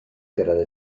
gyrraedd